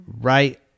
right